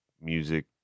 music